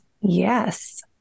Yes